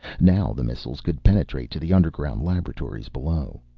now the missiles could penetrate to the underground laboratories below.